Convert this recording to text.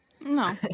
no